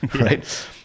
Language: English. right